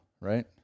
right